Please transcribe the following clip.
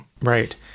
Right